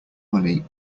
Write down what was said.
money